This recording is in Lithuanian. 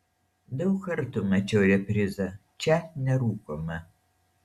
daug kartų mačiau reprizą čia nerūkoma